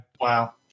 wow